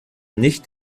nicht